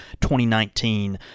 2019